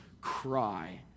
cry